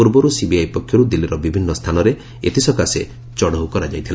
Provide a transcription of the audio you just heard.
ପୂର୍ବରୁ ସିବିଆଇ ପକ୍ଷରୁ ଦିଲ୍ଲୀର ବିଭିନ୍ନ ସ୍ଥାନରେ ଏଥିସକାଶେ ଚଢ଼ଉ କରାଯାଇଥିଲା